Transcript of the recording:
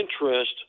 interest